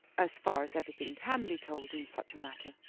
as far as everything can be told in such a matter.